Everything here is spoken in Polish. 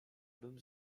bym